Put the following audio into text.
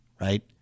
right